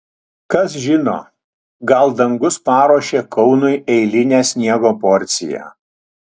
kas žino gal dangus paruošė kaunui eilinę sniego porciją